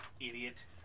Idiot